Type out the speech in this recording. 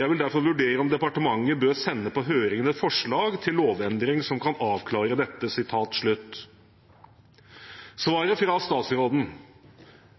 Jeg vil derfor vurdere om departementet bør sende på høring et forslag til lovendring som kan avklare dette.» Svaret fra statsråden